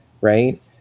right